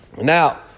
Now